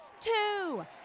two